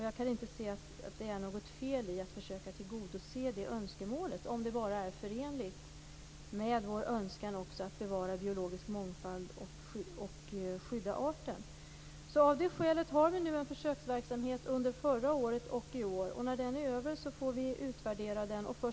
Jag kan inte se att det är något fel i att försöka tillgodose det önskemålet, om det bara är förenligt med vår önskan att också bevara biologisk mångfald och skydda arten. Av det skälet har vi nu en försöksverksamhet som påbörjades förra året och avslutas i år. När den är över får vi utvärdera den.